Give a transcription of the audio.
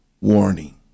warning